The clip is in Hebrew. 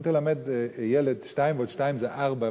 אם תלמד ילד: 2 ועוד 2 זה 4,